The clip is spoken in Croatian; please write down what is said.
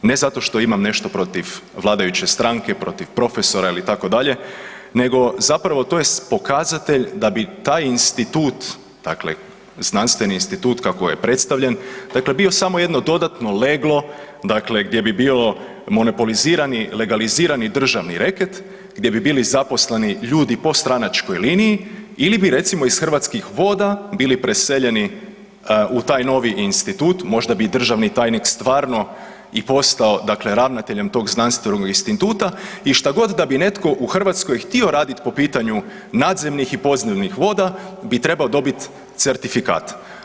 Ne zato što imam nešto protiv vladajuće stranke, protiv profesora ili itd. nego zapravo to je pokazatelj da bi taj institut, dakle znanstveni institut kako je predstavljen dakle bio samo jedno dodatno leglo dakle gdje bi bilo monopolizirani i legalizirani državni reket, gdje bi bili zaposleni ljudi po stranačkoj liniji ili bi recimo iz Hrvatskih voda bili preseljeni u taj novi institut, možda bi i državni tajnik stvarno i postao dakle ravnateljem tog znanstvenog instituta i šta god da bi netko u Hrvatskoj htio radit po pitanju nadzemnih i podzemnih voda bi trebao dobit certifikat.